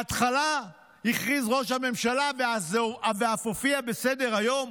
בהתחלה הכריז ראש הממשלה, ואף הופיע בסדר-היום,